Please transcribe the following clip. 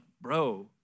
bro